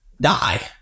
die